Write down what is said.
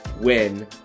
win